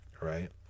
right